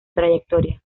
trayectoria